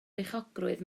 beichiogrwydd